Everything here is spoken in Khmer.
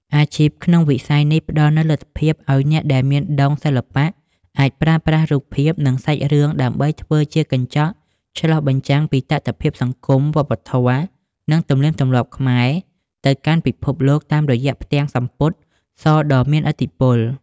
អាជីពក្នុងវិស័យនេះផ្ដល់លទ្ធភាពឱ្យអ្នកដែលមានដុងសិល្បៈអាចប្រើប្រាស់រូបភាព និងសាច់រឿងដើម្បីធ្វើជាកញ្ចក់ឆ្លុះបញ្ចាំងពីតថភាពសង្គម វប្បធម៌ និងទំនៀមទម្លាប់ខ្មែរទៅកាន់ពិភពលោកតាមរយៈផ្ទាំងសំពត់សដ៏មានឥទ្ធិពល។